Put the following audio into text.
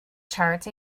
charts